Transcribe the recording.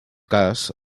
cas